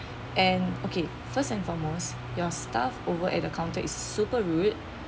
and okay first and foremost your staff over at the counter is super rude